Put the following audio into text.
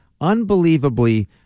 Unbelievably